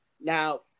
now